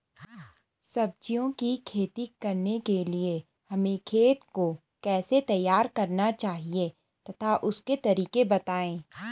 सब्जियों की खेती करने के लिए हमें खेत को कैसे तैयार करना चाहिए तथा उसके तरीके बताएं?